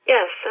Yes